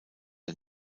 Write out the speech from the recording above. der